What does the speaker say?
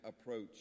Approach